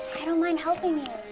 i don't mind helping you.